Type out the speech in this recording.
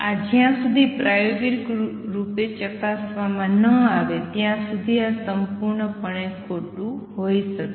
આ જ્યાં સુધી પ્રાયોગિક રૂપે ચકાસવામાં ન આવે ત્યાં સુધી આ સંપૂર્ણપણે ખોટું હોઇ શકે